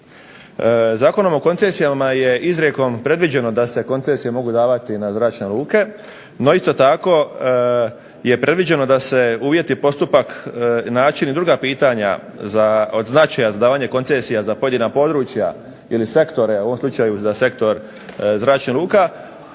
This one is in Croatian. Zakonom o koncesijama je izrijekom predviđeno da se koncesije mogu davati na zračne luke, no isto tako je predviđeno da se uvjeti, postupak, način i druga pitanja od značaja za davanje koncesija za pojedina područja ili sektore, u ovom slučaju za sektor zračnih luka